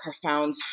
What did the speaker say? profound